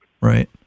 right